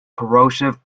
corrosive